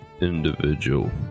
individual